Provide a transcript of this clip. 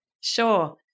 Sure